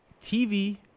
TV